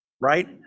Right